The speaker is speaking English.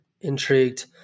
intrigued